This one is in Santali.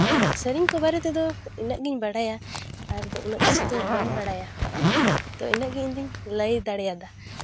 ᱟᱨ ᱥᱮᱨᱮᱧᱠᱚ ᱵᱟᱨᱮᱛᱮ ᱫᱚ ᱤᱱᱟᱹᱜ ᱜᱮᱧ ᱵᱟᱲᱟᱭᱟ ᱟᱨᱫᱚ ᱩᱱᱟᱹᱜ ᱠᱤᱪᱷᱩᱫᱚ ᱵᱟᱹᱧ ᱵᱟᱲᱟᱭᱟ ᱛᱚ ᱤᱱᱟᱹᱜ ᱜᱮ ᱤᱧᱫᱚᱧ ᱞᱟᱭ ᱫᱟᱲᱮᱭᱟᱫᱟ